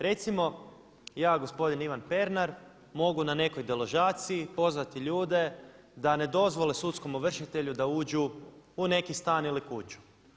Recimo ja gospodin Ivan Pernar mogu na nekoj deložaciji pozvati ljude da ne dozvole sudskom ovršitelju da uđu u neki stan ili kuću.